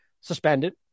suspended